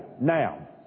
Now